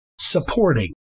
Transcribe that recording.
supporting